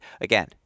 again